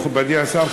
מכובדי השר,